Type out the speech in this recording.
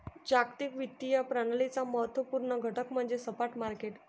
जागतिक वित्तीय प्रणालीचा महत्त्व पूर्ण घटक म्हणजे स्पॉट मार्केट